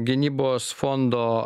gynybos fondo